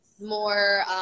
more